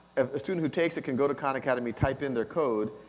a student who takes it can go to khan academy, type in their code,